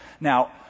Now